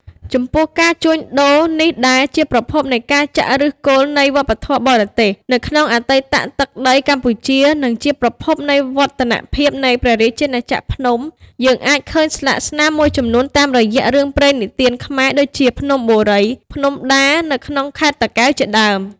ចំពោះការ ជួញដូរនេះដែរជាប្រភពនៃការចាក់ឫសគល់នៃ វប្បធម៌បរទេស នៅក្នុងអតីតទឹកដី កម្ពុជា និងជាប្រភពនៃវឌ្ឍនភាពនៃព្រះរាជាណាចក្រភ្នំ យើងអាចឃើញស្លាកស្នាម មួយចំនួនតាមរយៈ រឿងព្រេងនិទានខ្មែរ ដូចជាភ្នំបូរី ភ្នំដានៅខេត្តតាកែវជាដើម ។